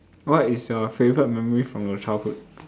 what is your favourite memory from your childhood